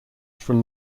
from